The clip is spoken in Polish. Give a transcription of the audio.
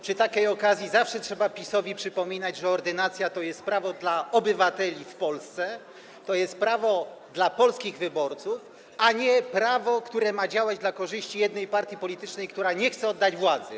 Przy takiej okazji zawsze trzeba PiS-owi przypominać, że ordynacja to jest prawo dla obywateli w Polsce, to jest prawo dla polskich wyborców, a nie prawo, które ma działać na korzyść jednej partii politycznej, która nie chce oddać władzy.